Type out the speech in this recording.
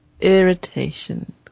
Irritation